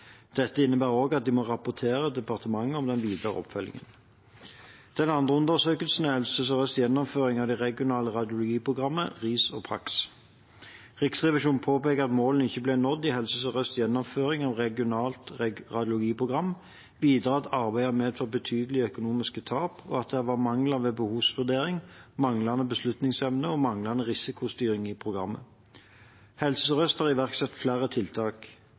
Dette innebærer også at de må rapportere til departementet om den videre oppfølgingen. Den andre undersøkelsen er av Helse Sør-Østs gjennomføring av det regionale radiologiprogrammet RIS/PACS. Riksrevisjonen påpeker at målene ikke ble nådd i Helse Sør-Østs gjennomføring av regionalt radiologiprogram, videre at arbeidet har medført betydelige økonomiske tap, og at det var mangler ved behovsvurdering, manglende beslutningsevne og manglende risikostyring i programmet. Helse Sør-Øst har iverksatt flere tiltak.